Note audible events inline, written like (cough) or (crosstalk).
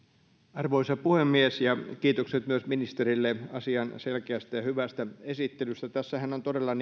arvoisa puhemies kiitokset myös ministerille asian selkeästä ja hyvästä esittelystä tässähän todella (unintelligible)